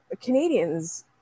Canadians